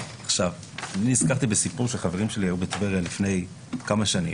אני נזכרתי בסיפור שחברים שלי היו בטבריה לפני כמה שנים,